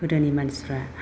गोदोनि मानसिफ्रा